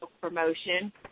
promotion